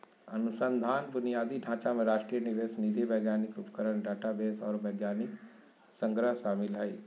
अनुसंधान बुनियादी ढांचा में राष्ट्रीय निवेश निधि वैज्ञानिक उपकरण डेटाबेस आर वैज्ञानिक संग्रह शामिल हइ